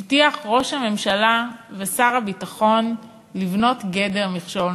הבטיחו ראש הממשלה ושר הביטחון לבנות גדר מכשול,